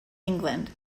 england